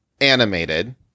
animated